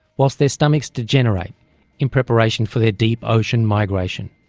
whilst their stomachs degenerate in preparation for their deep ocean migration.